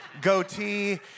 goatee